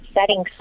setting